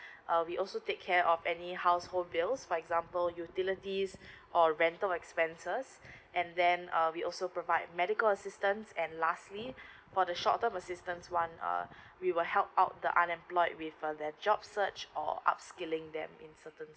uh we also take care of any household bills for example utilities or rental expenses and then uh we also provide medical assistance and lastly for the short term assistance one uh we will help out the unemployed with err their job search or upskilling them in certain